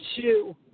two